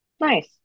Nice